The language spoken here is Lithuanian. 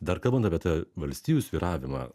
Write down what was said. dar kalbant apie tą valstijų svyravimą